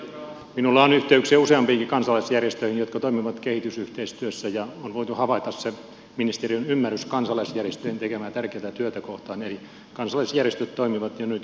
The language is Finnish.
minulla on yhteyksiä useampiinkin kansalaisjärjestöihin jotka toimivat kehitysyhteistyössä ja on voitu havaita se ministeriön ymmärrys kansalaisjärjestöjen tekemää tärkeätä työtä kohtaan eli kansalaisjärjestöt toimivat jo nyt hyvin vahvasti